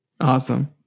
Awesome